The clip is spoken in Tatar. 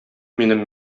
минем